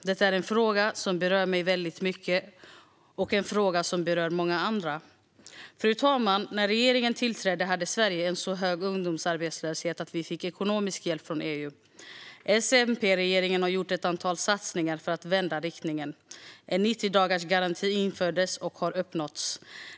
Det är en fråga som berör mig väldigt mycket, och en fråga som berör många andra. Fru talman! När regeringen tillträdde hade Sverige en så hög ungdomsarbetslöshet att vi fick ekonomisk hjälp från EU. S-MP-regeringen har gjort ett antal satsningar för att vända riktningen. En 90-dagarsgaranti infördes och har uppnåtts.